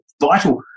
vital